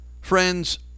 Friends